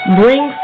bring